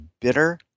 bitter